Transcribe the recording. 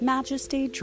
Majesty